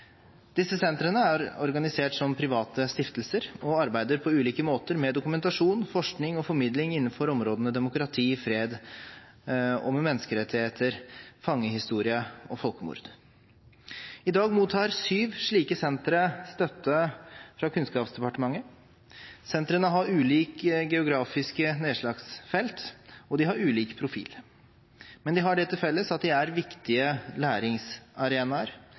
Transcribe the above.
Disse sentrene er organisert som private stiftelser og arbeider på ulike måter med dokumentasjon, forskning og formidling innenfor områdene demokrati, fred, menneskerettigheter, fangehistorier og folkemord. I dag mottar sju slike sentre støtte fra Kunnskapsdepartementet. Sentrene har ulike geografiske nedslagsfelt, og de har ulik profil. Men de har det til felles at de er viktige læringsarenaer